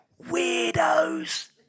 Weirdos